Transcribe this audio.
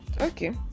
Okay